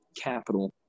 capital